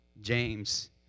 James